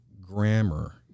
grammar